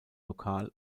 lokal